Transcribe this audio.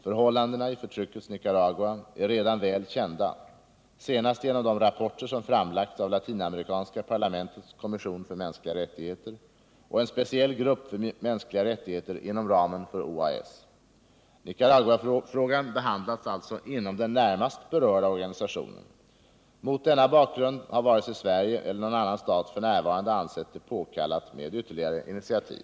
Förhållandena i förtryckets Nicaragua är redan väl kända, senast genom de rapporter som framlagts av latinamerikanska parlamentets kommission för mänskliga rättigheter och en speciell grupp för mänskliga rättigheter inom ramen för OAS. Nicaraguafrågan behandlas alltså inom den närmast berörda organisationen. Mot denna bakgrund har varken Sverige eller någon annan stat f. n. ansett det påkallat med ytterligare initiativ.